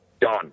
Done